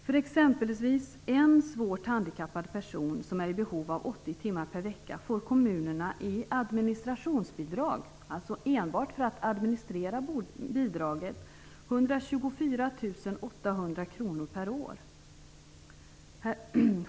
För exempelvis en svårt handikappad person som är i behov av 80 timmar per vecka får kommunerna i administrationsbidrag, alltså enbart för att administrera bidraget, 124 800 kr per år.